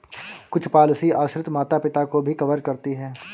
कुछ पॉलिसी आश्रित माता पिता को भी कवर करती है